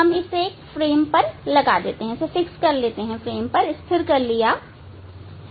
हमने इसे एक फ्रेम पर लगा दिया या स्थिर कर लिया हैं